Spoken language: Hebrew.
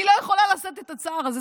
אני לא יכולה לשאת את הצער הזה,